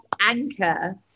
anchor